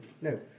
No